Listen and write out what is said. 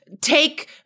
take –